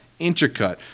Intercut